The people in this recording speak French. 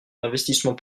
l’investissement